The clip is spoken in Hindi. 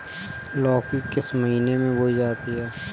लौकी किस महीने में बोई जाती है?